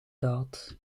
daad